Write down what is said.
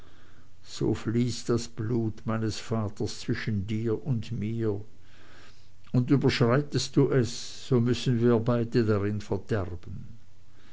so fließt das blut meines vaters zwischen dir und mir und überschreitest du es so müssen wir beide darin verderben